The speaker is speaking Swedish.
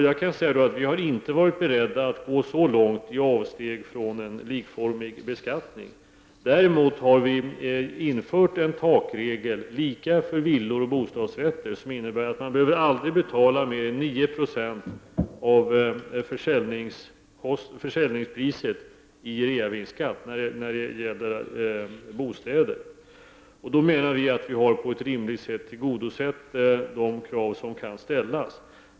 Jag kan säga att vi har varit beredda att gå så här långt i avsteg från en likvärdig beskattning. Däremot har vi infört en takregel, lika för villor och bostadsrätter, som innebär att man aldrig behöver betala mer än 9 96 av försäljningspriset i reavinstskatt för bostäder. Därmed har de krav som kan ställas tillgodosetts på ett rimligt sätt.